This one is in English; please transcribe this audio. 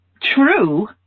true